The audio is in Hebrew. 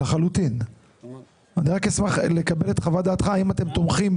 אני רק אשמח לקבל את חוות דעתך האם אתם תומכים